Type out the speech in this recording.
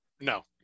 no